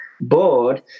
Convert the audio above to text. board